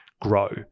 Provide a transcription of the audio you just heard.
grow